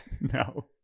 no